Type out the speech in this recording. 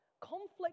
Conflict